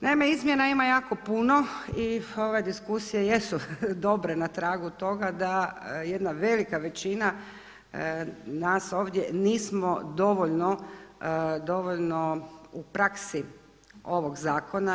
Naime, izmjena ima jako puno i ove diskusije jesu dobre na tragu toga da jedna velika većina nas ovdje nismo dovoljno u praksi ovog zakona.